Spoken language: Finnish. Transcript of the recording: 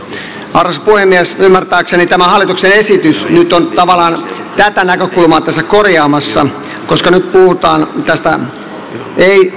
arvoisa puhemies ymmärtääkseni tämä hallituksen esitys on nyt tavallaan tätä näkökulmaa tässä korjaamassa koska nyt ei